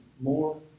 more